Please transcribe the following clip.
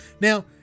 Now